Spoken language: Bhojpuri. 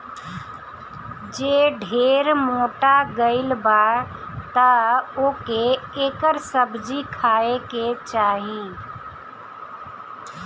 जे ढेर मोटा गइल बा तअ ओके एकर सब्जी खाए के चाही